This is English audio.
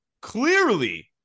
clearly